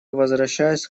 возвращаюсь